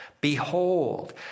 Behold